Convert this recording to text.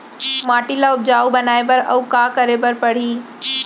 माटी ल उपजाऊ बनाए बर अऊ का करे बर परही?